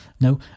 no